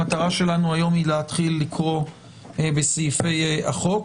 המטרה שלנו היום היא להתחיל לקרוא בסעיפי החוק.